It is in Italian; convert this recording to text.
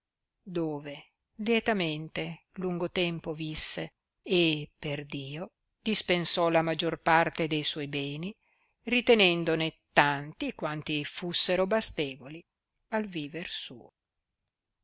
dove lietamente lungo tempo visse e per dio dispensò la maggior parte de suoi beni ritenendone tanti quanti fussero bastevoli al viver suo